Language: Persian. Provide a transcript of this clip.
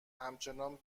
همچنان